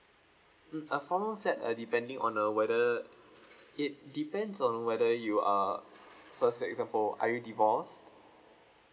mm a four room flat uh depending on uh whether it depends on whether you are first for an example are you divorced